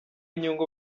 inyungu